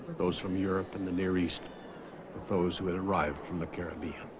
those from europe and the near east but those who had arrived from the caribbean